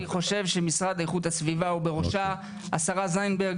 אני חושב שהמשרד לאיכות הסביבה הוא ובראשו השרה זנדברג,